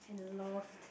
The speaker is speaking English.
and lost